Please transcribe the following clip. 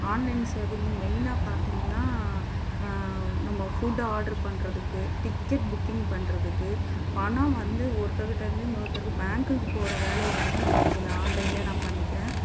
online சேவைங்க மெயினாக பார்த்தீங்கன்னா நம்ம ஃபுட்டு ஆர்ட்ரு பண்ணுறதுக்கு டிக்கெட் புக்கிங் பண்ணுறதுக்கு பணம் வந்து ஒருத்தருகிட்டேருந்து இன்னொருத்தருக்கு பேங்க்குக்கு போகிற வேலையை வந்து நம்ம இதில் ஆன்லைன்லேயே நான் பண்ணிக்கிறேன்